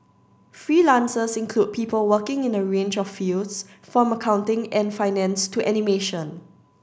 freelancers include people working in a range of fields from accounting and finance to animation